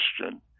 question